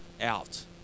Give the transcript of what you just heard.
out